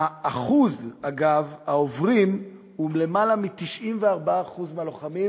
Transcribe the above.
אגב, אחוז העוברים הוא למעלה מ-94% מהלוחמים,